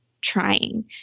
trying